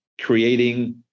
creating